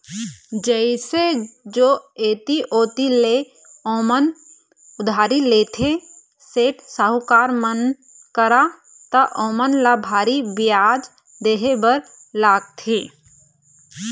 जइसे जो ऐती ओती ले ओमन उधारी लेथे, सेठ, साहूकार मन करा त ओमन ल भारी बियाज देहे बर लागथे